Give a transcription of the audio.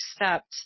accept